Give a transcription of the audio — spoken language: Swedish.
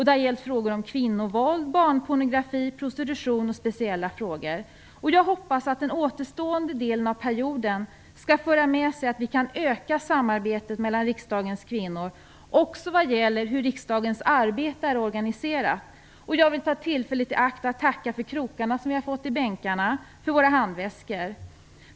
Det har gällt frågor om kvinnovåld, barnpornografi, prostitution och andra speciella frågor. Jag hoppas att den återstående delen av perioden skall föra med sig att vi kan öka samarbetet mellan riksdagens kvinnor, också när det gäller hur riksdagens arbete är organiserat. Jag vill ta tillfället i akt och tacka för krokarna som har satts upp i bänkarna för våra handväskor.